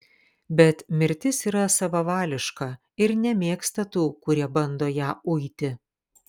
bet mirtis yra savavališka ir nemėgsta tų kurie bando ją uiti